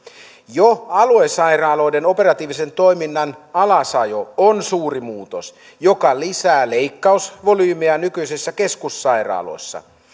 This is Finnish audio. jo aluesairaaloiden operatiivisen toiminnan alasajo on suuri muutos joka lisää leikkausvolyymiä nykyisissä keskussairaaloissa